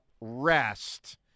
rest